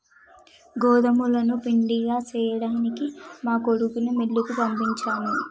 గోదుములను పిండిగా సేయ్యడానికి మా కొడుకుని మిల్లుకి పంపించాను